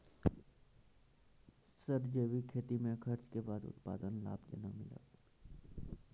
Sir जैविक खेती में खर्च के बाद उत्पादन लाभ जनक मिलत?